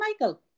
Michael